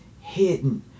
hidden